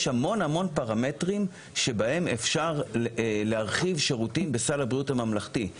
יש המון פרמטרים שבהם אפשר להרחיב שירותים בסל הבריאות הממלכתי.